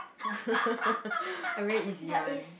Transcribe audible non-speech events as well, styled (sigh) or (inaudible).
(laughs) i'm very easy one